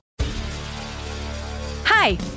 Hi